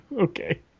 Okay